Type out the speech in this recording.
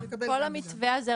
כל המתווה הזה,